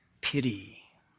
pity